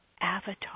avatar